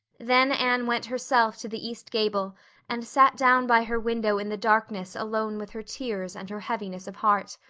then anne went herself to the east gable and sat down by her window in the darkness alone with her tears and her heaviness of heart.